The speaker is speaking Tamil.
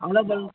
ஆலப்புழா